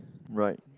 right